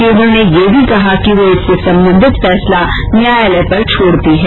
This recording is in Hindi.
केन्द्र ने ये भी कहा कि वह इससे संबंधित फैसला न्यायालय पर छोड़ती है